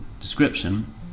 description